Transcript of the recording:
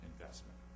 investment